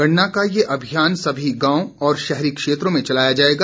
गणना का ये अभियान सभी गांवों और शहरी क्षेत्रों में चलाया जाएगा